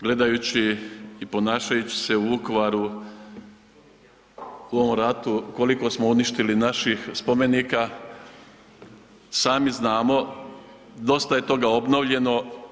Gledajući i ponašajući se u Vukovaru u ovom ratu koliko smo uništili naših spomenika, sami znamo, dosta je toga obnovljeno.